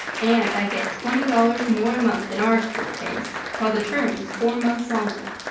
and i get twenty dollars more a month than our school pays, while the term is four months longer.